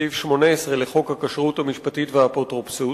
סעיף 18 לחוק הכשרות המשפטית והאפוטרופסות,